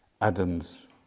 Adam's